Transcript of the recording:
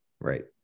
Right